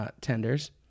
tenders